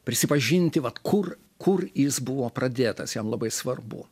prisipažinti vat kur kur jis buvo pradėtas jam labai svarbu